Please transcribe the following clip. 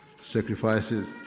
sacrifices